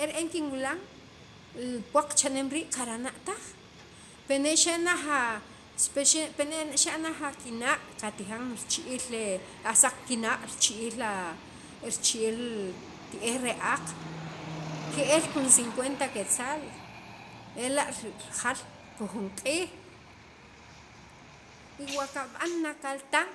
e re'en kinwilan li puwaq cha'nem rii' kira'na taj pene' xa' laj pene' xa' kinaq' katijan richi'iil e saq kinaq' rich'iil a richi'iil li ti'ej re aaq ke'el pi jun cincuenta quetzal ela' rajaal pi jun q'iij y wa kab'an akaltan